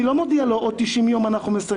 אני לא מודיע לו: עוד 90 יום אנחנו מסיימים.